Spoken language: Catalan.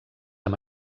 amb